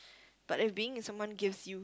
but if being with someone gives you